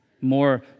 more